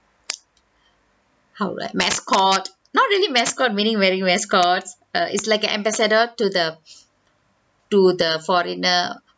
how like mascot not really mascot meaning wearing mascots err it's like an ambassador to the to the foreigners